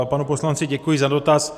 Panu poslanci děkuji za dotaz.